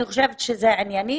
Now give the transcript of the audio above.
אני חושבת שזה ענייני.